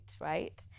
right